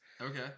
Okay